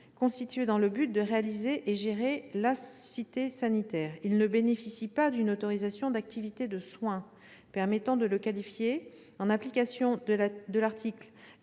constitué dans le but de réaliser et gérer la « Cité sanitaire ». Il ne bénéficie pas d'une autorisation d'activités de soins permettant de le qualifier, en application de l'article